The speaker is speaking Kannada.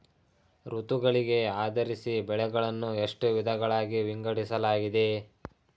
ಋತುಗಳಿಗೆ ಆಧರಿಸಿ ಬೆಳೆಗಳನ್ನು ಎಷ್ಟು ವಿಧಗಳಾಗಿ ವಿಂಗಡಿಸಲಾಗಿದೆ?